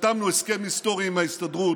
חתמנו על הסכם היסטורי עם ההסתדרות,